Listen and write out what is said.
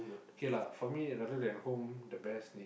okay lah for me rather than home the best